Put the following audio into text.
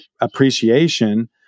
appreciation